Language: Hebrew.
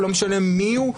לא משנה מיהו,